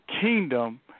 kingdom